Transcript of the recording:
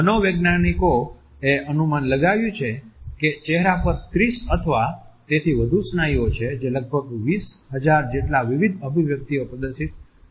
મનોવૈજ્ઞાનિકોએ અનુમાન લગાવ્યું છે કે ચહેરા પર 30 અથવા તેથી વધુ સ્નાયુઓ છે જે લગભગ 20000 જેટલા વિવિધ અભિવ્યક્તિઓ પ્રદર્શિત કરવામાં સક્ષમ છે